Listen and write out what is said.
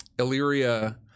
Illyria